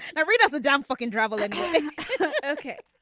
and rid of the dumb fucking travelin okay.